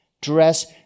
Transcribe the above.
dress